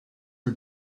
for